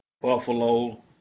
Buffalo